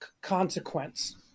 consequence